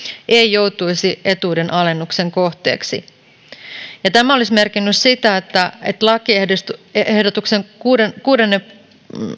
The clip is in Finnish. ei joutuisi etuuden alennuksen kohteeksi tämä olisi merkinnyt sitä että lakiehdotuksen kuuden kuuden